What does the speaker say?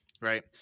right